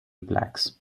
blacks